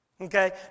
Okay